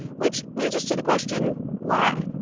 which leads us to the question, why?